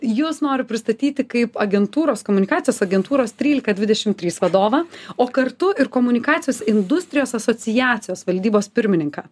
jus nori pristatyti kaip agentūros komunikacijos agentūros trylika dvidešim trys vadovą o kartu ir komunikacijos industrijos asociacijos valdybos pirmininką